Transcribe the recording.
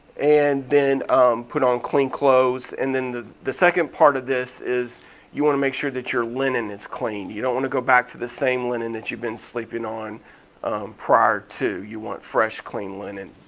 and then put on clean clothes. and then the the second part of this is you wanna make sure that your linen is clean. you don't wanna go back to the same linen that you've been sleeping on prior to, you want fresh clean linen.